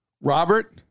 Robert